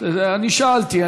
אני שאלתי.